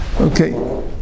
Okay